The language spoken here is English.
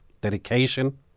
dedication